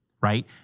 right